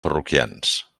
parroquians